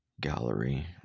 Gallery